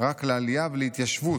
רק לעלייה ולהתיישבות,